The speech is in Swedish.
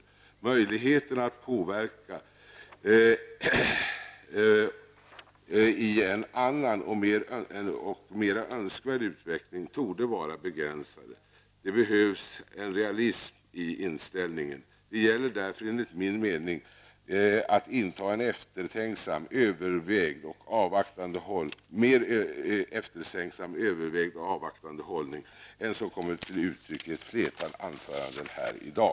Några möjligheter att påverka till förmån för en annan och mera önskvärd utveckling torde vara begränsade. Det behövs en realism i inställningen. Det gäller därför, enligt min mening, att inta en mer eftertänksam och övervägd och avvaktande hållning än den som kommit till uttryck i ett flertal anföranden här i dag.